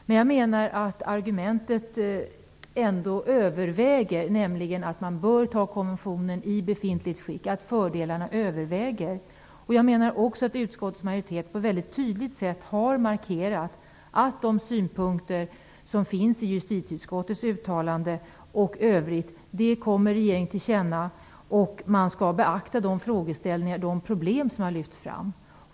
Men jag menar att argumentet ändå överväger, nämligen att man bör ratificera konventionen i befintligt skick, att fördelarna överväger. Jag menar också att utskottsmajoriteten på ett mycket tydligt sätt har markerat att de synpunkter som finns i justitieutskottets uttalande och i övrigt kommer regeringen till känna och att man skall beakta de frågeställningar och de problem som har lyfts fram.